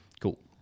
Cool